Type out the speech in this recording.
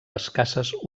escasses